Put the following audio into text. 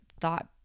thought